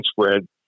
spread